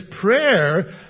prayer